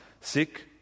sick